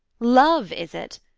love is it?